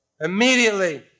Immediately